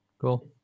Cool